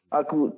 aku